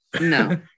no